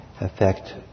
affect